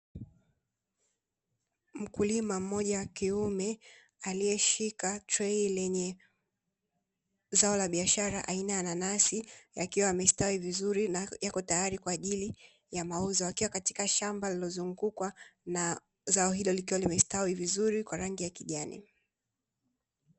Mkulima mmoja wakiume aliyeshika trei lenye zao la biashara aina ya nanasi yakiwa yamestawi vizuri na yako tayari kwaajili ya mauzo akiwa katika shamba lililo zungukwa na zao hilo likiwa lime stawi vizuri kwa rangi ya kijani.